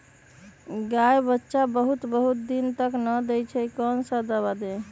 गाय बच्चा बहुत बहुत दिन तक नहीं देती कौन सा दवा दे?